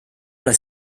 ole